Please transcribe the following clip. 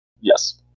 yes